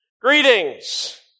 Greetings